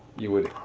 you would